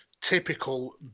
Typical